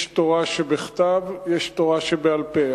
יש תורה שבכתב ויש תורה שבעל-פה.